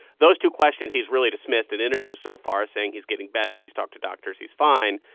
those two questions he's really dismissed in interviews so far, saying he's getting better. he's talked to doctors. he's fine.